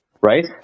right